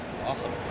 Awesome